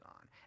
on